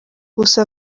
gusa